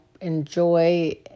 enjoy